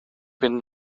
fynd